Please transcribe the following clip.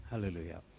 Hallelujah